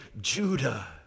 Judah